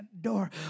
door